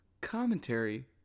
commentary